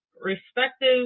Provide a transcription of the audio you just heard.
respective